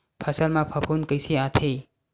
फसल मा फफूंद कइसे आथे?